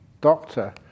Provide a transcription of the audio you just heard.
doctor